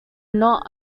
not